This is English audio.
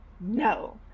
no